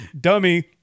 dummy